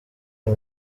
uyu